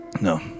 No